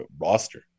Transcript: roster